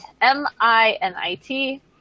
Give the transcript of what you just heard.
M-I-N-I-T